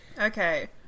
Okay